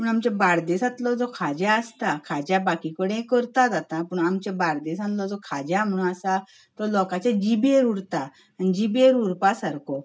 पूण आमच्या बार्देशांतलो जो खाजें आसता खाज्यां बाकी कडेन करतात आतां पूण आमच्या बार्देशांत खाज्यां म्हणून आसा जो लोकांचे जिबेर उरता आनी जिबेर उरपा सारको